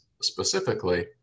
specifically